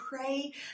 pray